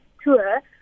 Tour